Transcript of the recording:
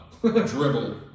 Dribble